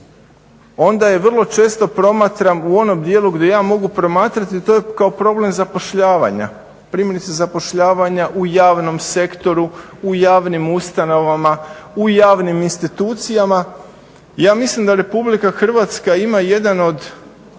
onda je vrlo često promatram u onom djelu gdje ja mogu promatrati. To je kao problem zapošljavanja, primjerice zapošljavanja u javnom sektoru, u javnim ustanovama, u javnim institucijama. Ja mislim da RH ima jedan od